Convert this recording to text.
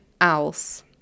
else